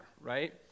right